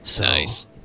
Nice